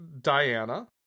Diana